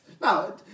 Now